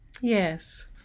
yes